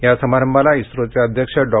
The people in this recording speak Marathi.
या समारंभाला इस्त्रो अध्यक्ष डॉ